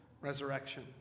resurrection